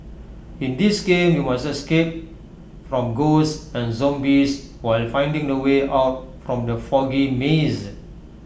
in this game you must escape from ghosts and zombies while finding the way out from the foggy maze